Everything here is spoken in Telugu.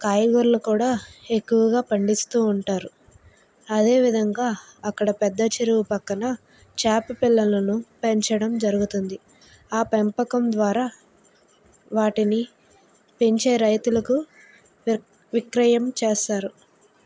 కాయగూరలు కూడా ఎక్కువగా పండిస్తూ ఉంటారు అదేవిధంగా అక్కడ పెద్ద చెరువు పక్కన చాప పిల్లలను పెంచడం జరుగుతుంది ఆ పెంపకం ద్వారా వాటిని పెంచే రైతులకు విరక్ విక్రయం చేస్తారు